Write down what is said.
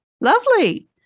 Lovely